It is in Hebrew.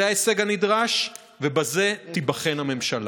זה ההישג הנדרש, ובזה תיבחן הממשלה.